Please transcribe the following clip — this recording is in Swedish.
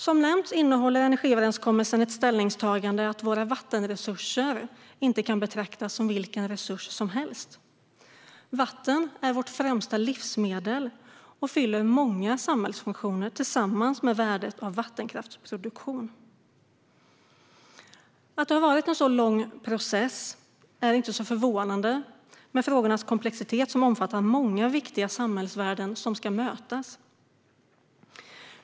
Som nämnts innehåller energiöverenskommelsen ställningstagandet att våra vattenresurser inte kan betraktas som vilken resurs som helst. Vatten är vårt främsta livsmedel och fyller många samhällsfunktioner tillsammans med värdet av vattenkraftsproduktion. Att det varit en så lång process är inte förvånande med tanke på frågornas komplexitet, som omfattar många viktiga samhällsvärden som ska mötas.